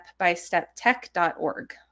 stepbysteptech.org